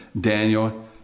Daniel